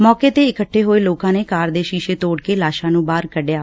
ਮੌਕੇ ਤੇ ਇਕੱਠੇ ਹੋਏ ਲੋਕਾ ਨੇ ਕਾਰ ਦੇ ਸ਼ੀਸ਼ੇ ਤੋੜ ਕੇ ਲਾਸ਼ਾ ਨੂੰ ਬਾਹਰ ਕੱਢਿਆ